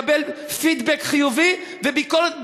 יוכלו לבוא ולקבל פידבק חיובי וביקורת בונה.